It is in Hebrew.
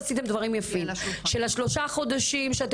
עשיתם דברים יפים כמו שלושת החודשים שבהם